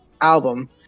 album